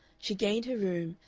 she gained her room,